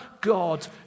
God